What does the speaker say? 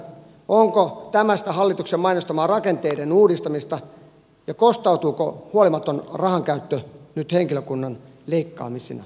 onko tämä sitä hallituksen mainostamaa rakenteiden uudistamista ja kostautuuko huolimaton rahankäyttö nyt henkilökunnan leikkaamisina